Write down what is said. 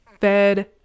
fed